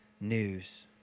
news